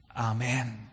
Amen